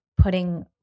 putting